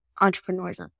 entrepreneurs